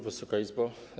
Wysoka Izbo!